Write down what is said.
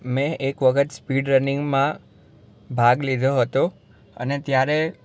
મેં એક વખત સ્પીડ રનિંગમાં ભાગ લીધો હતો અને ત્યારે